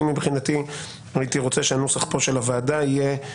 אני מבחינתי הייתי רוצה שהנוסח של הוועדה יהיה: